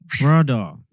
Brother